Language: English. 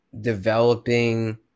developing